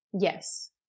Yes